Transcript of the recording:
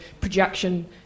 projection